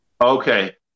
Okay